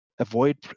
avoid